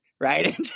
right